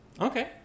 Okay